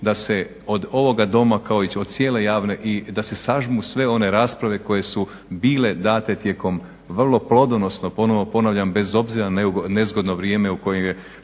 da se od ovoga Doma kao i od cijele javne i da se sažmu sve one rasprave koje su bile date tijekom vrlo plodonosno, ponovno ponavljam bez obzira nezgodno vrijeme koje je